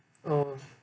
oh